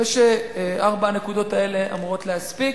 אני חושב שארבע הנקודות האלה אמורות להספיק,